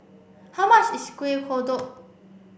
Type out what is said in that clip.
how much is Kuih Kodok